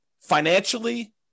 financially